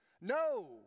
No